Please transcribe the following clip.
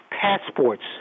passports